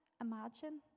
Imagine